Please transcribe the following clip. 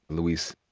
and luis.